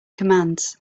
commands